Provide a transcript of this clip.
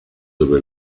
sopra